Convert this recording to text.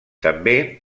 també